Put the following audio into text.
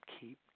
keep